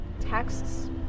Texts